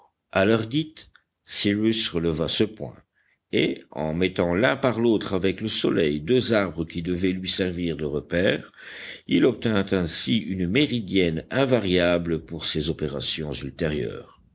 dite cyrus releva ce point et en mettant l'un par l'autre avec le soleil deux arbres qui devaient lui servir de repères il obtint ainsi une méridienne invariable pour ses opérations ultérieures